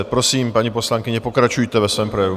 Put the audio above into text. Prosím, paní poslankyně, pokračujte ve svém projevu.